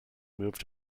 moved